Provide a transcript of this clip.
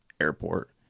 Airport